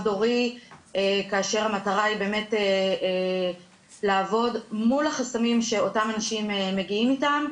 דורי כאשר המטרה היא לעבוד מול החסמים שאותם אנשים מגיעים איתם,